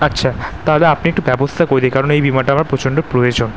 আচ্ছা তাহলে আপনি একটু ব্যবস্থা করে দিন কারণ এই বিমাটা আমার প্রচণ্ড প্রয়োজন